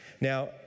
Now